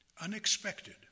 unexpected